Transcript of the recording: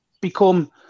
become